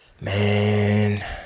Man